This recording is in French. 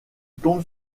tombe